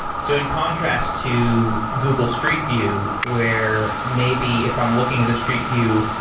so in contrast to google street view, where maybe if i'm looking at the street view,